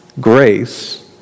Grace